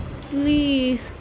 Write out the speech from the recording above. Please